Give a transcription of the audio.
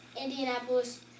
Indianapolis